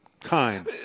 Time